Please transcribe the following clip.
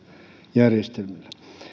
järjestelmillä